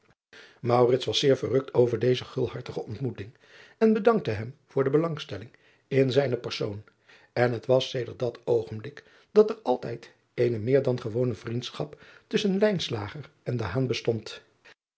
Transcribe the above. was zeer verrukt over deze gulhartige ontmoeting en bedankte hem voor de belangstelling in zijnen persoon en het was sedert dat oogenblik driaan oosjes zn et leven van aurits ijnslager dat er altijd eene meer dan gewone vriendschap tusschen en bestond